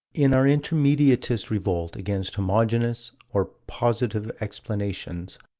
in our intermediatist revolt against homogeneous, or positive, explanations,